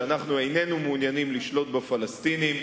שאנחנו איננו מעוניינים לשלוט בפלסטינים,